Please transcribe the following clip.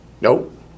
Nope